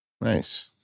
Nice